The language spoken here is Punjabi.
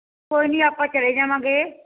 ਕੋਈ ਨਹੀਂ ਆਪਾਂ ਚਲੇ ਜਾਵਾਂਗੇ